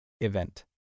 event